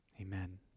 Amen